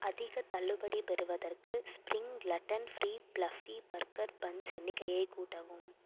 அதிகத் தள்ளுபடி பெறுவதற்கு spring gluten free fluffy burger buns எண்ணிக்கையை கூட்டவும்